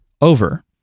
over